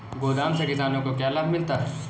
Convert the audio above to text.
गोदाम से किसानों को क्या क्या लाभ मिलता है?